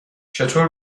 چطور